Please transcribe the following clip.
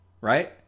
Right